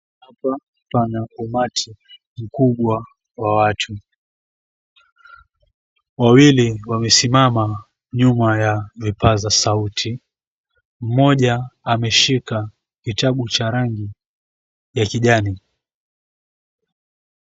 Hapa pana umati mkubwa wa watu. Wawili wamesimama nyuma ya vipaza sauti, mmoja ameshika kitabu cha rangi ya kijani.